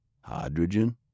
Hydrogen